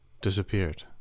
disappeared